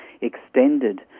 extended